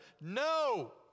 No